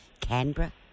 Canberra